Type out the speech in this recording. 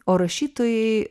o rašytojai